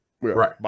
Right